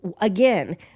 again